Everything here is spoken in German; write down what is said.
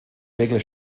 regel